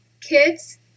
kids